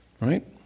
Right